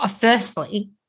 firstly